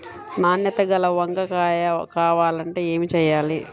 నాణ్యత గల వంగ కాయ కావాలంటే ఏమి చెయ్యాలి?